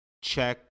check